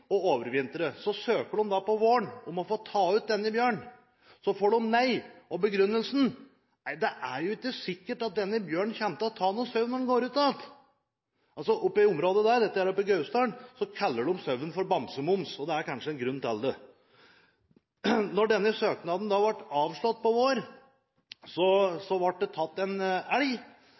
Så søker de om våren om å få ta ut denne bjørnen, og får nei. Begrunnelsen var: Det er ikke sikkert at denne bjørnen kommer til å ta sau når den går ut igjen! I dette området i Gausdal kaller de sauen for bamsemums, og det er en grunn til det. Da denne søknaden ble avslått om våren, ble det tatt en